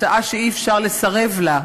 הצעה שאי-אפשר לסרב לה,